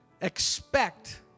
Expect